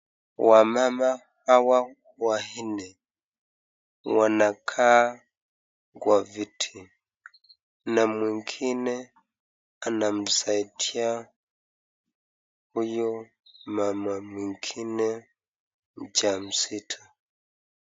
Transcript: Wamama hawa wanne wanakaa kwa viti na mwingine anamsaidia huyu mama mwingine mjamzito.